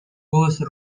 whose